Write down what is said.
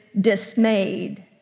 dismayed